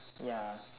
ya